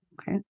Okay